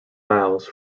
miles